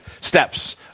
steps